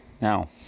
Now